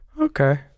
Okay